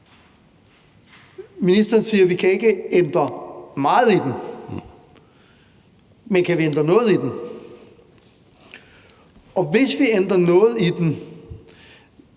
Ministeren siger, vi ikke kan ændre meget i den. Men kan vi ændre noget i den? Og hvis vi ændrer noget i den,